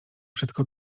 wszystko